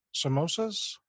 samosas